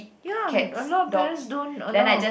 ya a lot parents don't allow